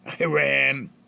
Iran